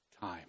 time